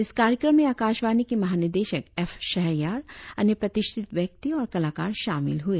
इस कार्यक्रम में आकाशवाणी के महानिदेशक एफ शहरयार अन्य प्रतिष्ठित व्यक्ति और कलाकार शामिल हुए